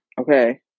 okay